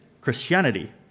Christianity